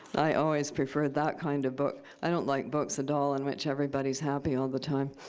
i always preferred that kind of book. i don't like books at all in which everybody's happy all the time.